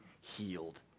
healed